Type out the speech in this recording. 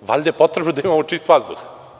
valjda je potrebno da imamo čist vazduh?